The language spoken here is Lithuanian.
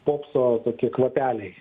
popso toki kvapeliai